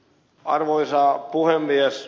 arvoisa puhemies